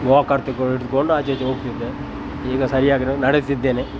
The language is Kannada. ವಾಕರ್ ತೆಗೆದುಕೊಂಡು ಆಚೆ ಈಚೆ ಹೋಗ್ತಿದ್ದೆ ಈಗ ಸರಿಯಾಗಿ ನಡೆತ್ತಿದ್ದೇನೆ